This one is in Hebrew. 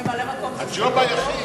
הג'וב היחיד.